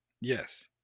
Yes